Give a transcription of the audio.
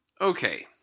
okay